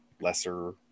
lesser